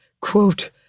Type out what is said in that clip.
quote